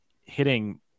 hitting